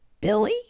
Billy